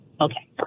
Okay